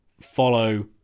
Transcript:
follow